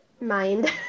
mind